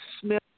Smith